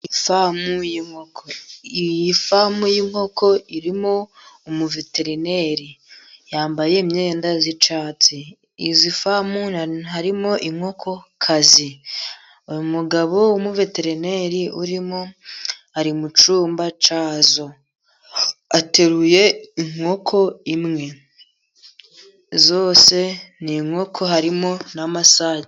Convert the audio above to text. Ifamu y'inkoko, iyi famu y'inkoko irimo umuveterineri, yambaye imyenda y'icyatsi, izi famu harimo inkokokazi, umugabo w'umuveterineri urimo ari mu cyumba cyazo, ateruye inkoko imwe, zose ni inkoko harimo n'amasake.